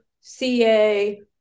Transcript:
CA